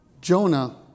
Jonah